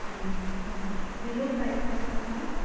okay below five हा ताका हा